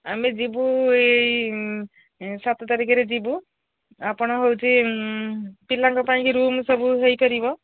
ଆମେ ଯିବୁ ଏଇ ସାତ ତାରିଖରେ ଯିବୁ ଆପଣ ହେଉଛି ପିଲାଙ୍କ ପାଇଁକି ରୁମ୍ ସବୁ ହେଇପାରିବ